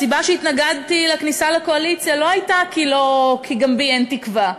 הסיבה שהתנגדתי לכניסה לקואליציה לא הייתה כי אין גם בי תקווה,